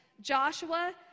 Joshua